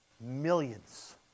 millions